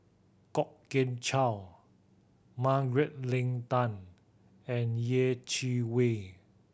Kwok Kian Chow Margaret Leng Tan and Yeh Chi Wei